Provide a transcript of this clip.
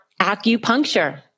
acupuncture